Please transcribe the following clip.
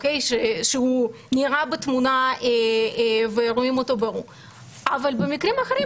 שהוא נראה בתמונה ורואים אותו ברור אבל במקרים אחרים,